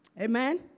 Amen